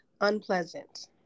unpleasant